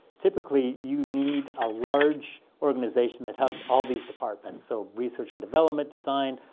typically, you need a large organization that has all these departments so research and development, design,